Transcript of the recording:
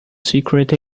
secret